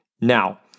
Now